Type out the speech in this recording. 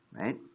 right